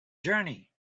journey